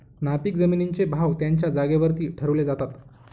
नापीक जमिनींचे भाव त्यांच्या जागेवरती ठरवले जातात